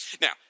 Now